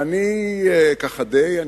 ואני ככה די,